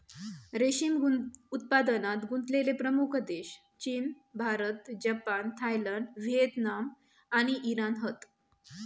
रेशीम उत्पादनात गुंतलेले प्रमुख देश चीन, भारत, जपान, थायलंड, व्हिएतनाम आणि इराण हत